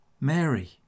Mary